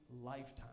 lifetime